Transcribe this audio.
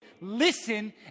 listen